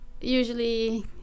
usually